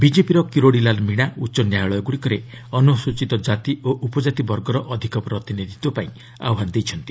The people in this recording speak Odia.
ବିଜେପିର କିରୋଡି ଲାଲ ମିଣା ଉଚ୍ଚ ନ୍ୟାୟାଳୟଗୁଡ଼ିକରେ ଅନୁସ୍ରଚୀତ କ୍ଷାତି ଓ ଉପକାତି ବର୍ଗର ଅଧିକ ପ୍ରତିନିଧିତ୍ୱ ପାଇଁ ଆହ୍ୱାନ ଦେଇଛନ୍ତି